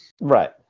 Right